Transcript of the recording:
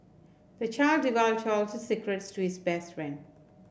the child divulged all his secrets to his best friend